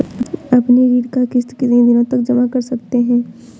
अपनी ऋण का किश्त कितनी दिनों तक जमा कर सकते हैं?